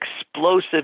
explosive